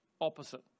opposite